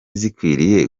zikwiriye